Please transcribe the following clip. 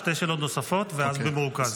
שתי שאלות נוספות, ואז במרוכז.